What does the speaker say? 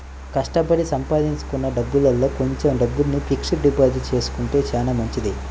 కష్టపడి సంపాదించుకున్న డబ్బుల్లో కొంచెం డబ్బుల్ని ఫిక్స్డ్ డిపాజిట్ చేసుకుంటే చానా మంచిది